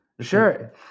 Sure